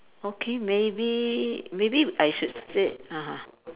okay maybe maybe I should said ah